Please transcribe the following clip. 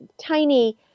tiny